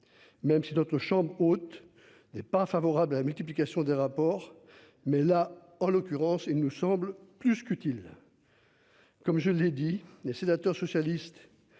Même si notre chambre haute n'est pas favorable à la multiplication des rapports mais là en l'occurrence, il nous semble plus qu'utile. Comme je l'ai dit et sénateur socialiste,